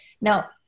Now